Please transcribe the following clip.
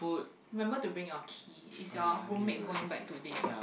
remember to bring your key is your home mate going back today